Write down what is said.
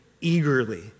eagerly